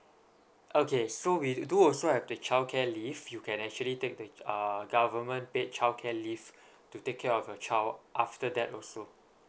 okay so we do also have the childcare leave you can actually take the uh government paid childcare leave to take care of your child after that also